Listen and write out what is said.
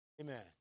Amen